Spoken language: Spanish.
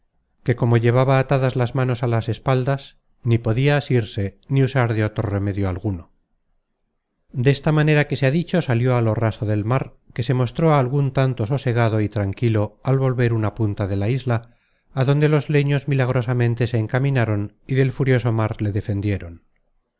que como llevaba atadas las manos á las espaldas ni podia asirse ni usar de otro remedic content from google book search generated at desta manera que se ha dicho salió á lo raso del mar que se mostró algun tanto sosegado y tranquilo al volver una punta de la isla á donde los leños milagrosamente se encaminaron y del furioso mar le defendieron